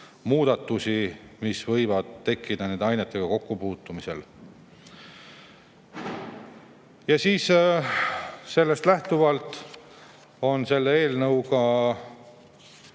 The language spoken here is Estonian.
mis võivad nende ainetega kokkupuutumisel tekkida. Sellest lähtuvalt on selle eelnõuga